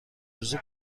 روزی